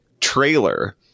trailer